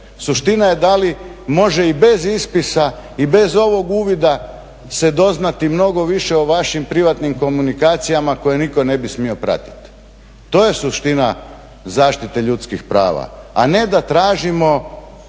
Suština je da li može i bez ispisa i bez ovog uvida se doznati mnogo više o vašim privatnim komunikacijama koje nitko ne bi smio pratiti. To je suština zaštite ljudskih prava, a ne da tražimo